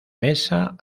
mesa